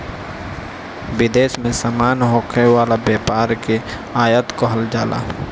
विदेश में सामान होखे वाला व्यापार के आयात कहल जाला